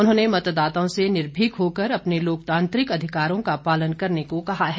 उन्होंने मतदाताओं से निर्भीक होकर अपने लोकतांत्रिक अधिकारों का पालन करने को कहा है